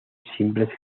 simples